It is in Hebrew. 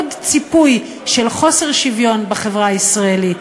עוד ציפוי של חוסר שוויון בחברה הישראלית.